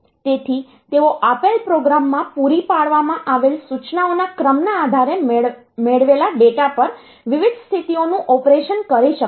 તેથી તેઓ આપેલ પ્રોગ્રામમાં પૂરી પાડવામાં આવેલ સૂચનાઓના ક્રમના આધારે મેળવેલા ડેટા પર વિવિધ સ્થિતિઓનું ઓપરેશન કરી શકે છે